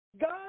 God